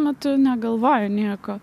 metu negalvoji nieko